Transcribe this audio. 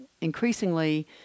increasingly